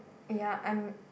ya I'm